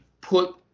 put